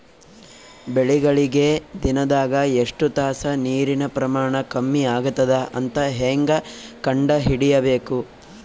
ಬೆಳಿಗಳಿಗೆ ದಿನದಾಗ ಎಷ್ಟು ತಾಸ ನೀರಿನ ಪ್ರಮಾಣ ಕಮ್ಮಿ ಆಗತದ ಅಂತ ಹೇಂಗ ಕಂಡ ಹಿಡಿಯಬೇಕು?